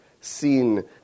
seen